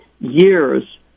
years